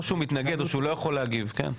או שהוא מתנגד או שהוא לא יכול להגיב כן.